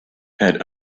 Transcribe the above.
had